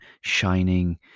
shining